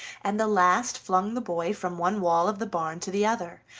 and the last flung the boy from one wall of the barn to the other,